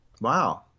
Wow